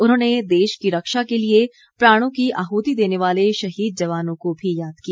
उन्होंने देश की रक्षा के लिए प्राणों की आहुति देने वाले शहीद जवानों को भी याद किया